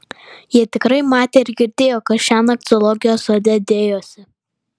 jie tikrai matė ir girdėjo kas šiąnakt zoologijos sode dėjosi